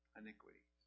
iniquity